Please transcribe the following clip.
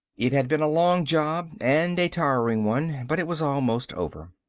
it had been a long job and a tiring one but it was almost over.